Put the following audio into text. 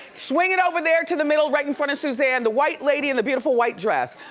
swing it over there to the middle right in front of suzanne. the white lady in the beautiful white dress.